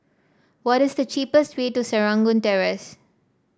what is the cheapest way to Serangoon Terrace